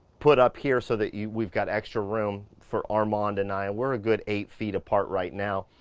put up here so that yeah we've got extra room for armand and i. we're a good eight feet apart right now,